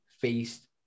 faced